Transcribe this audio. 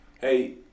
hey